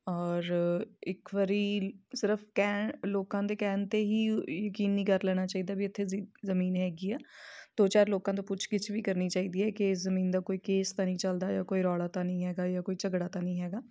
ਔਰ ਇੱਕ ਵਾਰੀ ਸਿਰਫ ਕੈ ਲੋਕਾਂ ਦੇ ਕਹਿਣ 'ਤੇ ਹੀ ਯਕੀਨ ਨਹੀਂ ਕਰ ਲੈਣਾ ਚਾਹੀਦਾ ਵੀ ਇੱਥੇ ਜ ਜਮੀਨ ਹੈਗੀ ਆ ਦੋ ਚਾਰ ਲੋਕਾਂ ਤੋਂ ਪੁੱਛਗਿਛ ਵੀ ਕਰਨੀ ਚਾਹੀਦੀ ਹੈ ਕਿ ਜਮੀਨ ਦਾ ਕੋਈ ਕੇਸ ਤਾਂ ਨਹੀਂ ਚੱਲਦਾ ਜਾਂ ਕੋਈ ਰੌਲਾ ਤਾਂ ਨਹੀਂ ਹੈਗਾ ਜਾਂ ਕੋਈ ਝਗੜਾ ਤਾਂ ਨਹੀਂ ਹੈਗਾ